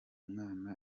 mwana